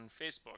Facebook